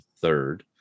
third